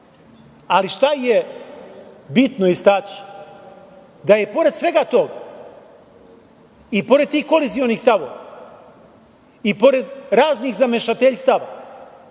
Ali, šta je bitno istaći? Da je pored svega toga i pored tih kolizionih stavova i pored raznih zamešateljstava,